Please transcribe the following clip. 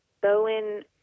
Bowen